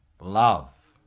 love